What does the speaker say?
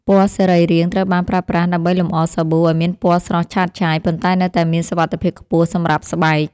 ពណ៌សរីរាង្គ ត្រូវបានប្រើប្រាស់ដើម្បីលម្អសាប៊ូឱ្យមានពណ៌ស្រស់ឆើតឆាយ ប៉ុន្តែនៅតែមានសុវត្ថិភាពខ្ពស់សម្រាប់ស្បែក។